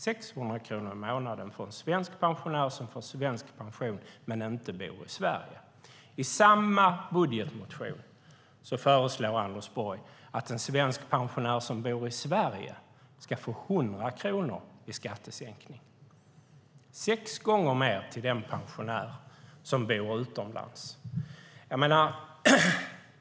600 kronor i månaden får en svensk pensionär som får svensk pension men inte bor i Sverige. I samma budgetproposition föreslår Anders Borg att en svensk pensionär som bor i Sverige ska få 100 kronor i skattesänkning. Det är sex gånger mer till den pensionär som bor utomlands.